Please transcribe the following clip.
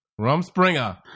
Rumspringer